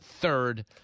third